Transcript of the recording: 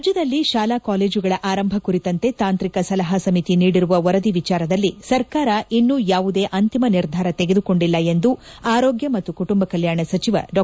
ರಾಜ್ಯದಲ್ಲಿ ಶಾಲಾ ಕಾಲೇಜುಗಳ ಆರಂಭ ಕುರಿತಂತೆ ತಾಂತ್ರಿಕ ಸಲಹಾ ಸಮಿತಿ ನೀಡಿರುವ ವರದಿ ವಿಚಾರದಲ್ಲಿ ಸರ್ಕಾರ ಇನ್ನೂ ಯಾವುದೇ ಅಂತಿಮ ನಿರ್ಧಾರ ತೆಗೆದುಕೊಂಡಿಲ್ಲ ಎಂದು ಆರೋಗ್ಯ ಮತ್ತು ಕುಟುಂಬ ಕಲ್ಕಾಣ ಸಚಿವ ಡಾ